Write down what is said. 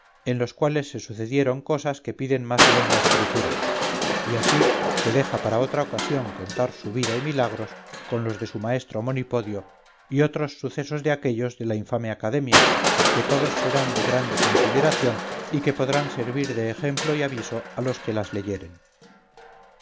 en los cuales le sucedieron cosas que piden más luenga escritura y así se deja para otra ocasión contar su vida y milagros con los de su maestro monipodio y otros sucesos de aquéllos de la infame academia que todos serán de grande consideración y que podrán servir de ejemplo y aviso a los que las leyeren